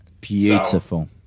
Beautiful